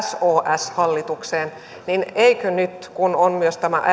sos hallitukseen niin eikö nyt kun on myös tämä